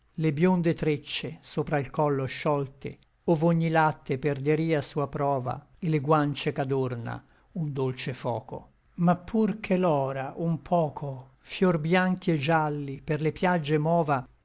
le bionde treccie sopra l collo sciolte ov'ogni lacte perderia sua prova e le guancie ch'adorna un dolce foco ma pur che l'òra un poco fior bianchi et gialli per le piaggie mova